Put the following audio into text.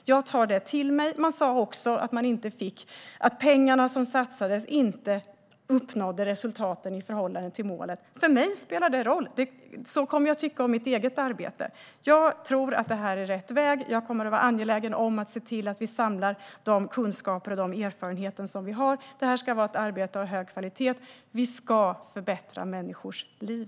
Jag tar det till mig. Man sa också att de pengar som satsades inte innebar att resultat uppnåddes i förhållande till målet. För mig spelar detta roll - så kommer jag att tycka även om mitt eget arbete. Jag tror att det här är rätt väg. Jag kommer att vara angelägen om att se till att vi samlar de kunskaper och erfarenheter vi har. Detta ska vara ett arbete av hög kvalitet. Vi ska förbättra människors liv.